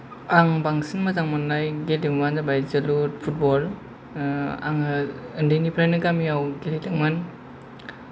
आं बांसिन मोजां मोननाय गेलेमुवानो जाबाय जोलुर फुटबल आङो उन्दैनिफ्रायनो गामिआव गेलेदोंमोन